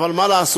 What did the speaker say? אבל מה לעשות,